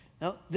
Now